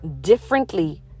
differently